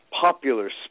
popular